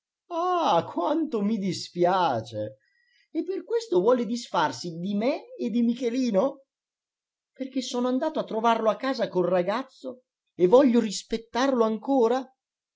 ah quanto mi dispiace e per questo vuole disfarsi di me e di michelino perché sono andato a trovarlo a casa col ragazzo e voglio rispettarlo ancora